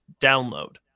download